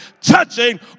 touching